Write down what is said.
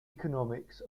economics